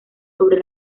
sobre